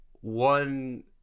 one